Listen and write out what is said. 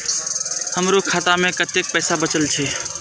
हमरो खाता में कतेक पैसा बचल छे?